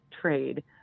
trade